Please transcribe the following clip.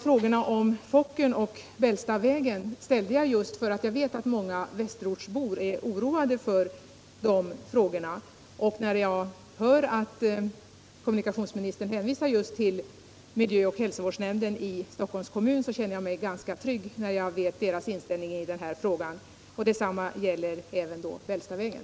Frågorna om Fokkern och Bällstavägen ställde jag just därför att jag vet att många Västerortsbor är oroade. När kommunikationsministern hänvisar till miljöoch hälsovårdsnämnden i Stockholms kommun känner jag mig ganska trygg, för jag känner ju till dess inställning. Detsamma gäller beskedet i fråga om Bällstavägen.